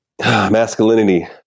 Masculinity